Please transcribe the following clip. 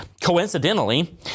coincidentally